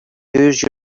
use